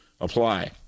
apply